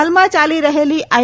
હાલમાં ચાલી રહેલી આઈ